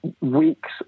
weeks